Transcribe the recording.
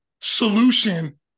solution